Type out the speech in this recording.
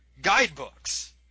guidebooks